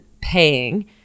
paying